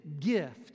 gift